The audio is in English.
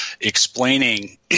Explaining